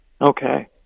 Okay